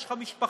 יש לך משפחה,